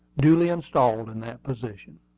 duly installed in that position.